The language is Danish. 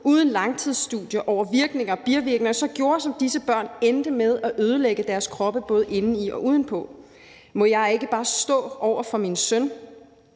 uden langtidsstudier over virkninger og bivirkninger, og som gjorde, at disse børn endte med at ødelægge deres kroppe både indeni og udenpå? På Folketingets foranledning